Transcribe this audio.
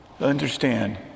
understand